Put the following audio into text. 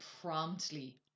promptly